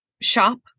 shop